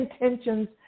intentions